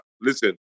listen